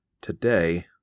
today